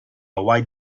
white